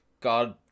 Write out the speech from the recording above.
God